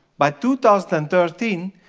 by two thousand and thirteen,